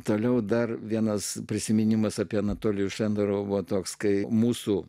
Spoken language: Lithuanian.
toliau dar vienas prisiminimas apie anatolijų šenderovą toks kai mūsų